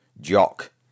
Jock